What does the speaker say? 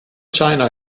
china